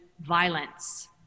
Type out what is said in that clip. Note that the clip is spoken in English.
violence